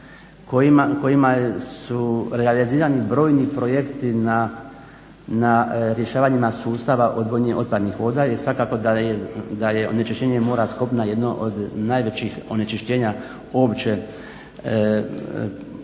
kojima su realizirani brojni projekti na rješavanjima sustava otpadnih voda i sad kako …/Govornik se ne razumije./… onečišćenje mora s kopnom jedno od najvećih onečišćenja uopće